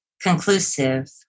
conclusive